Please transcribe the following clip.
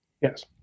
Yes